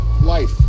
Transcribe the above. Life